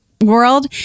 world